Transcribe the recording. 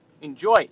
Enjoy